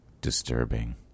disturbing